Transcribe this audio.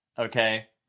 Okay